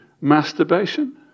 masturbation